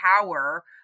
power